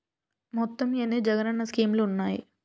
మొత్తం ఎన్ని జగనన్న స్కీమ్స్ ఉన్నాయి?